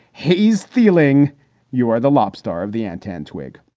he's feeling you are the lobster of the antenna, twigg